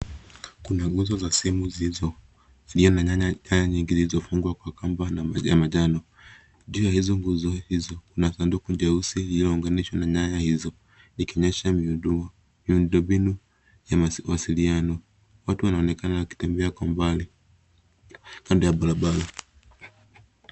Kuna nguzo za simu zilizo na nyaya nyingi zilizofungwa kwa kamba na moja ya majano. Juu ya nguzo hizo Kuna sanduku jeusi lililounganishwa na nyaya hizo. Likionyesha miundo mbinu ya mawasiliano .Watu wanaonekana wakitembea kwa mbali kando ya barabara.